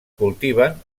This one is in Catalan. cultiven